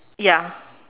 ya